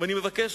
ואני מבקש,